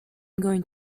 going